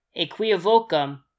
equivocum